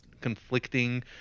conflicting